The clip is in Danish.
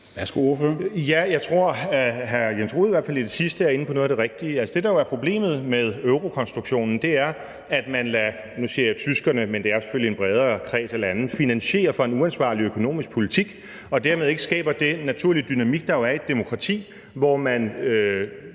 Ja, jeg tror, at hr. Jens Rohde i hvert fald i det sidste er inde på noget af det rigtige. Altså, det, der jo er problemet med eurokonstruktionen, er, at man lader tyskerne – og nu siger jeg tyskerne, men det er selvfølgelig en bredere kreds af lande – finansiere for en uansvarlig økonomisk politik og dermed ikke skaber den naturlige dynamik, der jo er i et demokrati, hvor man